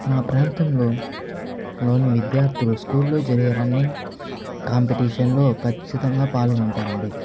మా ప్రాంతంలో లోని విద్యార్థులు స్కూల్ లో జరిగే రన్నింగ్ కాంపిటీషన్ లో ఖచ్చితంగా పాల్గొంటారండి